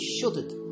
shuddered